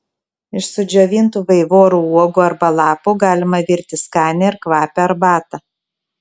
iš sudžiovintų vaivorų uogų arba lapų galima virti skanią ir kvapią arbatą